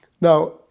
Now